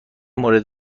مورد